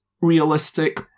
realistic